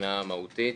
שמבחינה מהותית